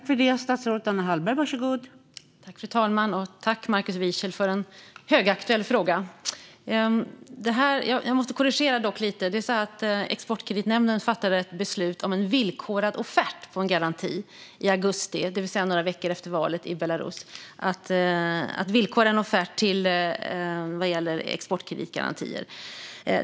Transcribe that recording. Fru talman! Tack, Markus Wiechel, för en högaktuell fråga! Jag måste dock korrigera lite. Exportkreditnämnden fattade i augusti, det vill säga några veckor efter valet i Belarus, ett beslut om en villkorad offert vad gäller exportkreditgarantier.